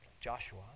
Joshua